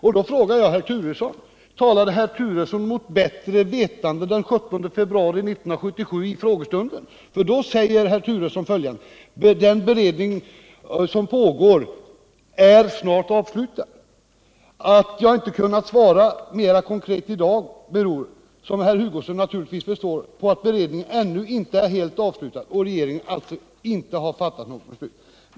Jag vill fråga: Talade herr Turesson mot bättre vetande i frågestunden här i kammaren den 17 februari 1977, då han sade följande: ”Att jag inte kunnat svara mer konkret i dag beror, som herr Hugosson naturligtvis förstår, på att beredningen ännu inte är helt avslutad och regeringen alltså inte har fattat något beslut.